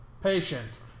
Patient